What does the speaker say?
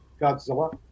Godzilla